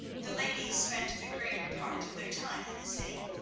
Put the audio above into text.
the ladies spent the greater part of their time in the city,